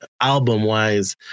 album-wise